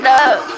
up